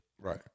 Right